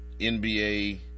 NBA